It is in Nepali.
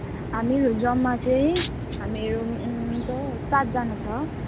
हामीहरू जम्मा चाहिँ हामीहरू छ सातजना छ